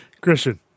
Christian